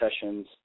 sessions